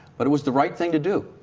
but it was the right thing to do.